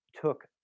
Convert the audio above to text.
took